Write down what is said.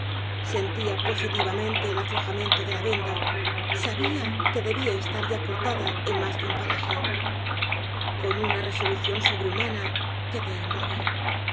sentía positivamente el aflojamiento d é l a venda sabía que debía estar ya cortada en más de un paraje con una resolución sobrehumana quedé inmóvil